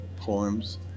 poems